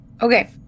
Okay